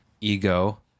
ego